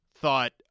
thought